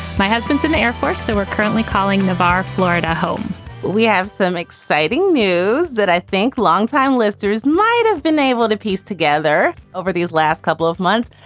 my husband's in the air force, so we're currently calling navar, florida home we have some exciting news that i think long-time listeners might have been able to piece together over these last couple of months.